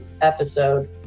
episode